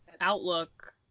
outlook